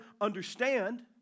understand